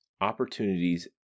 opportunities